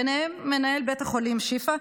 ביניהם מנהל בית החולים שיפא,